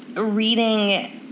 reading